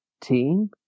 team